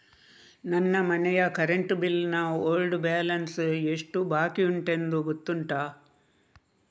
ನನ್ನ ಮನೆಯ current bill ನ ಓಲ್ಡ್ ಬ್ಯಾಲೆನ್ಸ್ ಎಷ್ಟು ಬಾಕಿಯುಂಟೆಂದು ಗೊತ್ತುಂಟ?